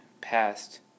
past